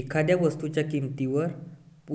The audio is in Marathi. एखाद्या वस्तूच्या किमतीवर